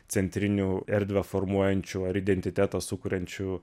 centriniu erdvę formuojančiu ar identitetą sukuriančiu